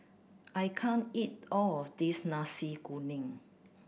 I can't eat all of this Nasi Kuning